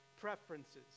preferences